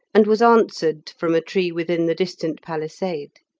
and was answered from a tree within the distant palisade.